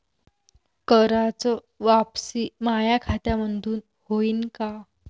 कराच वापसी माया खात्यामंधून होईन का?